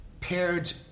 paired